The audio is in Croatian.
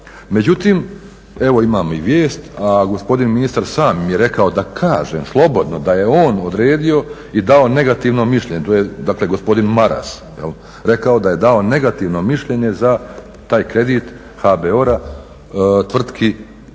Međutim, evo imam i vijest, a gospodin ministar sam mi je rekao da kažem slobodno da je on odredio i dao negativno mišljenje. To je dakle gospodin Maras rekao da je dao negativno mišljenje za taj kredit HBOR-a tvrtki